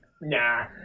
nah